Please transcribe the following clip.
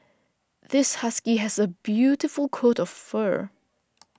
this husky has a beautiful coat of fur